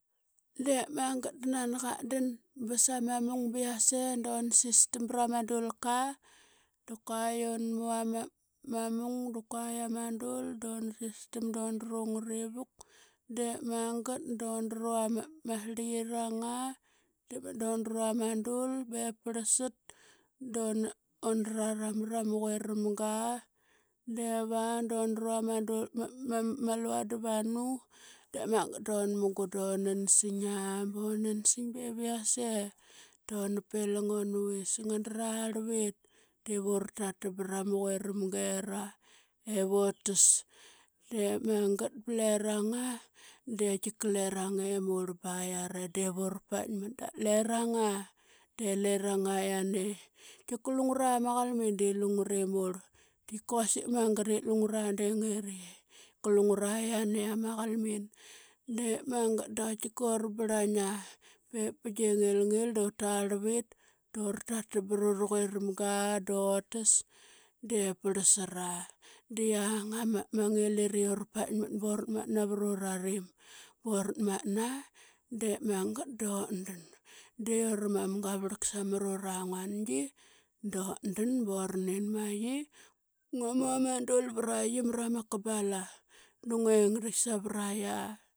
Dep magat da nani qatdan ba sa ma mung ba yasr duna sistam brama dulka da kuaa un mu ma mung da kua i ama dul duna sistam dundru ngarivuk, dep magat dundru ama srliyirang aa dep magat dun dru ama dul bep parlsat da una, un raram bara ma quiramga. Beva dun dru ama luan davanu dep magat dun mugun dunansing a a. Bunansing bev yiase duna pilang unuvis. Ngan drlarlvit div ura tatam bara ma quiram gera ivutas. Dep magat da larenga aa det tika lareng i murl ba yiara, div ura paikmat. Da lerang aa de lerang aa yiane. Tika lungura ma qalmin de lungure murl, tika lungura de quasik magat i lungura de nger ye tika lungura yiane ama qalmin. Dep magat ola tikura brlaing aa bep bigie ngi; agil dutarlvit dura tatam barura quiramga datus dep parlsara. Da ura paikmat buratmatna navru ra rim, buratmatna dep magat dutdan,\. De ura mam gavrlak samru ranguangi dutdan bura nin ma qi, ngua mu ama dul vra qi mra ma kabala da nguengdik savra qia.